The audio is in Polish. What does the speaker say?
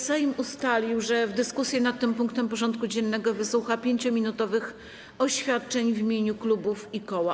Sejm ustalił, że w dyskusji nad tym punktem porządku dziennego wysłucha 5-minutowych oświadczeń w imieniu klubów i koła.